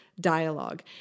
dialogue